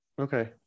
Okay